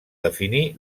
definir